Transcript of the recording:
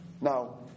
Now